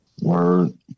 Word